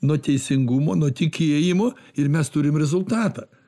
nuo teisingumo nuo tikėjimo ir mes turim rezultatą